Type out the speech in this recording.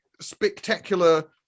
spectacular